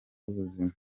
y’ubuzima